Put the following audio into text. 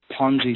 Ponzi